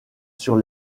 sur